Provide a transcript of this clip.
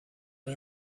and